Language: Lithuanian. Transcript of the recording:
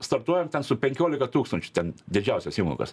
startuojam ten su penkiolika tūkstančių ten didžiausios įmokos